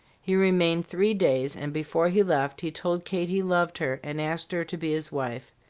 he remained three days, and before he left he told kate he loved her, and asked her to be his wife.